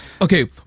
Okay